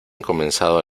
comenzado